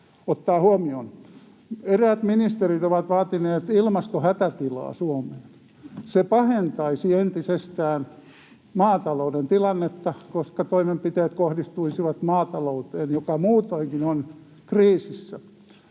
ottaa huomioon. Eräät ministerit ovat vaatineet ilmastohätätilaa Suomeen. Se pahentaisi entisestään maatalouden tilannetta, koska toimenpiteet kohdistuisivat maatalouteen, joka muutoinkin on kriisissä.